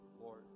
Lord